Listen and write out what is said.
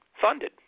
funded